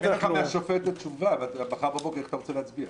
אין לך מהשופטת תשובה אז איך אתה רוצה להצביע?